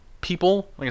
people